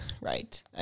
right